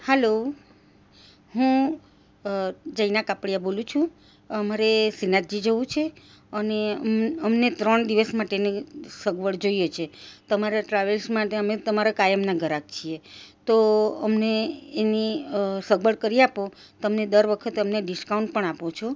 hello હું જૈના કાપડિયા બોલું છું અમારે શ્રીનાથજી જવું છે અને અમને ત્રણ દિવસ માટેની સગવડ જોઈએ છે તમારા ટ્રાવેલ્સ માટે અમે તમારા કાયમના ઘરાક છીએ તો અમને એની સગવડ કરી આપો તમે દર વખતે અમને ડીસ્કાઉન્ટ પણ કરી આપો છો